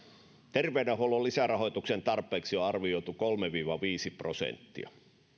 terveydenhuollon lisärahoituksen tarpeeksi on arvioitu kolme viiva viisi prosenttia